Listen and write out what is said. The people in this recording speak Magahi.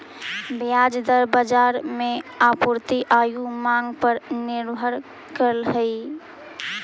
ब्याज दर बाजार में आपूर्ति आउ मांग पर निर्भर करऽ हइ